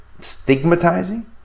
Stigmatizing